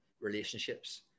relationships